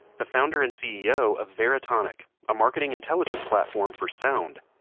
the founder and ceo of veritonic, a marketing intelligence platform for sound.